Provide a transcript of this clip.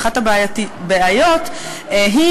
אחת הבעיות היא